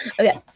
Okay